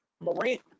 Morant